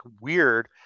weird